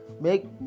make